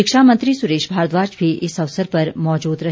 शिक्षा मंत्री सुरेश भारद्वाज भी इस अवसर पर मौजूद रहे